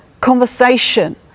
conversation